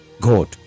God